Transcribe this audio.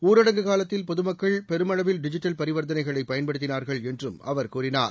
ஊரடங்கு காலத்தில் பொதுமக்கள் பெருமளவில் டிஜிட்டல் பரிவர்த்தனைகளை பயன்படுத்தினார்கள் என்றும் அவர் கூறினார்